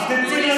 אלה